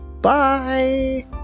Bye